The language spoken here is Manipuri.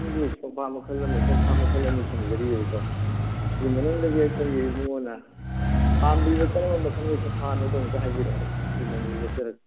ꯑꯗꯨꯒꯤ ꯁꯣꯐꯥ ꯃꯈꯜ ꯑꯃꯒ ꯁꯣꯐꯥ ꯃꯈꯜ ꯑꯅꯤ ꯊꯝꯖꯔꯤꯌꯦꯕꯀꯣ ꯑꯗꯨ ꯃꯅꯨꯡꯗꯒꯤ ꯑꯩꯈꯣꯏꯒꯤ ꯏꯕꯨꯡꯉꯣꯅ ꯄꯥꯝꯕꯤꯕ ꯀꯔꯝꯕ ꯃꯈꯜꯒꯤ ꯁꯣꯐꯥꯅꯣꯗꯣ ꯑꯃꯨꯛꯇ ꯍꯥꯏꯕꯤꯔꯛꯎꯅꯦ ꯑꯗꯨꯒ ꯃꯃꯜ ꯂꯦꯞꯆꯔꯒꯦ